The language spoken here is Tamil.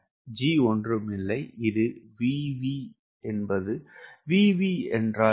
G ஒன்றும் இல்லை இது Vv என்றால் என்ன